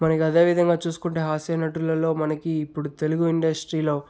మనకు అదేవిధంగా చూసుకుంటే హాస్యనటులలో మనకి ఇప్పుడు తెలుగు ఇండస్ట్రీలో